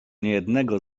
niejednego